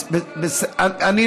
אבל אם יש אפשרות בלי שזה יפגע,